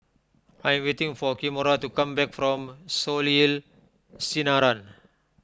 I am waiting for Kimora to come back from Soleil Sinaran